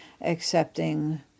accepting